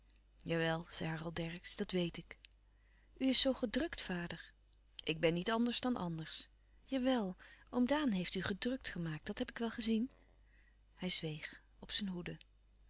jawel zei harold dercksz dat weet ik u is zoo gedrukt vader ik ben niet anders dan anders jawel oom daan heeft u gedrukt gemaakt dat heb ik wel gezien hij zweeg op zijn hoede